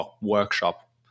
workshop